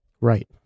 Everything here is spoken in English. Right